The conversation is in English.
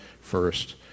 first